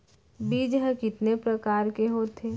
बीज ह कितने प्रकार के होथे?